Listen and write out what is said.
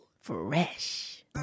Fresh